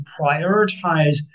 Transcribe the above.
prioritize